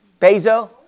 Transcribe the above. Bezos